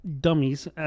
dummies